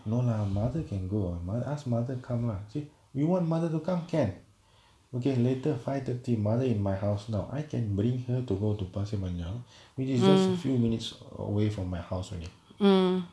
no lah mother can go ah ma asked mother come lah see we want mother to come can okay later five thirty mother in my house now I can bring her to go to pasir panjang which is a just a few minutes away from my house when it